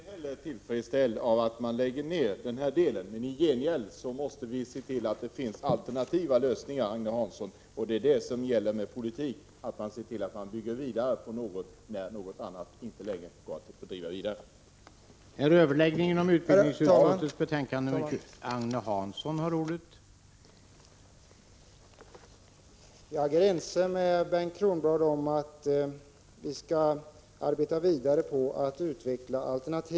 Herr talman! Jag är inte heller till freds med att man lägger ned den här delen, och i gengäld måste vi se till att det finns alternativa lösningar, Agne Hansson. Det är villkoren i politiken — när det inte längre går att fortsätta och bedriva en verksamhet måste man se till att man bygger vidare på någon annan.